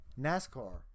NASCAR